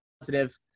positive